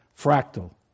fractal